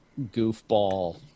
goofball